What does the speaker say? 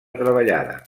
treballada